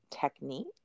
technique